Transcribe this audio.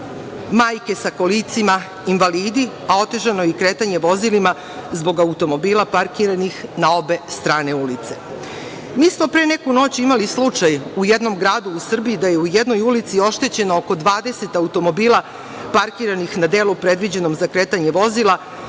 majke sa kolicima, invalidi, a otežano je i kretanje vozilima zbog automobila parkiranih na obe strane ulice. Mi smo pre neku noć imali slučaj u jednom gradu u Srbiji da je u jednoj ulici oštećeno oko 20 automobila parkiranih na delu predviđenim za kretanje vozila,